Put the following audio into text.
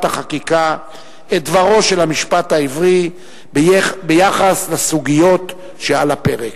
החקיקה את דברו של המשפט העברי ביחס לסוגיות שעל הפרק.